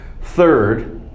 Third